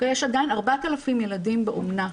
יש עדיין 4,000 ילדים באומנה.